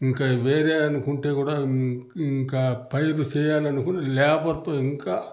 ఇంకా వేరే అనుకుంటే కూడా ఇంకా పైరు చేయాలనుకున్న లేబర్తో ఇంకా